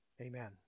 Amen